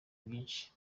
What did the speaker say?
byinshi